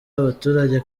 abaturage